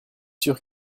sûr